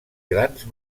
grans